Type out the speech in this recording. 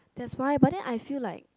that's why but then I feel like